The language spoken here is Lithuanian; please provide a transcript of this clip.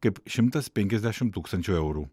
kaip šimtas penkiasdešimt tūkstančių eurų